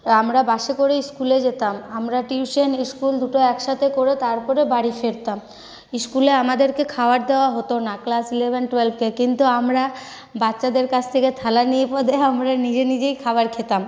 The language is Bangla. আমরা বাসে করেই ইস্কুলে যেতাম আমরা টিউশন ইস্কুল দুটো একসাথে করে তারপরে বাড়ি ফিরতাম ইস্কুলে আমাদেরকে খাওয়ার দেওয়া হত না ক্লাস ইলেভেন টুয়েলভকে কিন্তু আমরা বাচ্চাদের কাছ থেকে থালা নিয়ে আমরা নিজে নিজেই খাবার খেতাম